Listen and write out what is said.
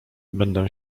będę